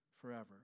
forever